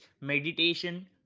meditation